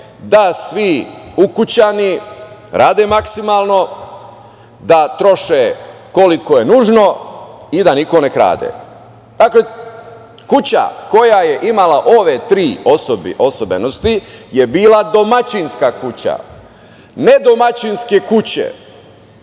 da svi ukućani rade maksimalni, da troše koliko je nužno i da niko ne krade. Dakle, kuća koja je imala ove tri osobenosti je bila domaćinska kuća. Nedomaćinske kuće